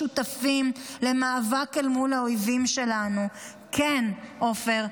משותפים למאבק אל מול האויבים שלנו, כן, עופר,